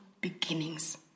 beginnings